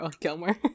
Gilmore